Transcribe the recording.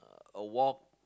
a walk